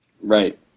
right